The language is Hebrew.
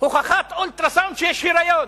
הוכחת אולטרה-סאונד שיש היריון.